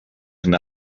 can